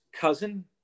cousin